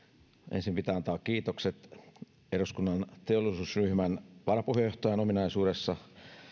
ensin pitää antaa kiitokset eduskunnan teollisuusryhmän varapuheenjohtajan ominaisuudessa